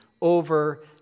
over